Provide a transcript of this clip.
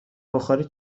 بخاری